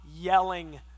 yelling